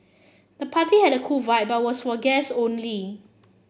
the party had a cool vibe but was for guests only